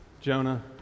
Jonah